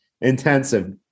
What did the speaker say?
intensive